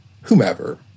whomever